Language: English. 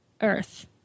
earth